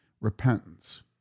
repentance